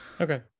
Okay